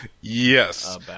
Yes